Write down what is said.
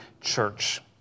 church